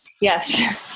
Yes